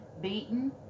beaten